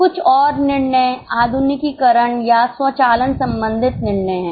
कुछ और निर्णय आधुनिकीकरण या स्वचालन संबंधित निर्णय हैं